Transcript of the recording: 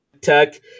Tech